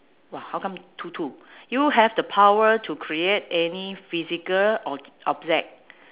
!wah! how come two to you have the power to create any physical ob~ object